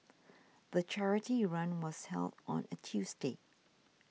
the charity run was held on a Tuesday